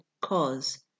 cause